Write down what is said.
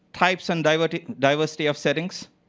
types and diversity diversity of settings.